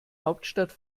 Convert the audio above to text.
hauptstadt